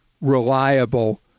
reliable